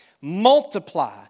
Multiply